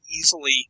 easily